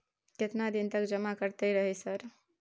केतना दिन तक जमा करते रहे सर?